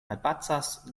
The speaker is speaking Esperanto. malpacas